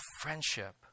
friendship